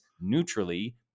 neutrally